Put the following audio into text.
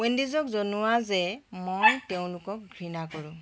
ৱেণ্ডিজক জনোৱা যে মই তেওঁলোকক ঘৃণা কৰোঁ